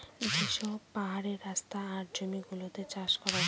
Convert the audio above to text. যে সব পাহাড়ের রাস্তা আর জমি গুলোতে চাষ করাবো